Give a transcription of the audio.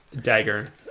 dagger